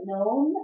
Known